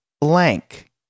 blank